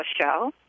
show